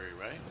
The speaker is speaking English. right